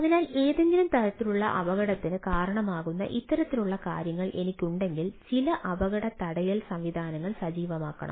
അതിനാൽ ഏതെങ്കിലും തരത്തിലുള്ള അപകടത്തിന് കാരണമാകുന്ന ഇത്തരത്തിലുള്ള കാര്യങ്ങൾ എനിക്കുണ്ടെങ്കിൽ ചില അപകട തടയൽ സംവിധാനങ്ങൾ സജീവമാക്കണം